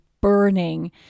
burning